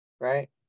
Right